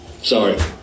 Sorry